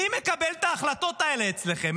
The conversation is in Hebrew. מי מקבל את ההחלטות האלה אצלכם,